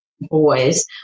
boys